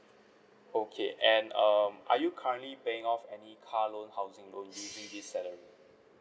okay and um are you currently paying off any car loan housing loan using this salary